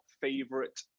favorite